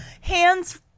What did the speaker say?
hands